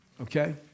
Okay